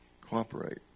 cooperate